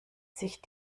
sich